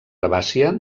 herbàcia